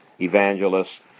evangelists